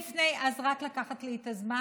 חברת הכנסת גרמן, אז רק לקחת לי את הזמן,